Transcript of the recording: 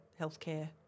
healthcare